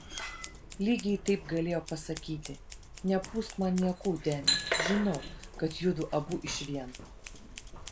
lygiai taip galėjo pasakyti nepūsk man niekų deni žinau kad judu abu išvien